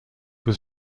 was